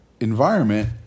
environment